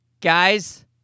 Guys